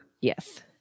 Yes